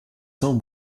cents